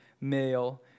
male